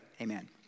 Amen